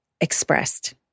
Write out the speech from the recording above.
expressed